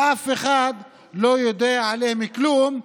שאף אחד לא יודע עליהם כלום,